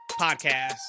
podcast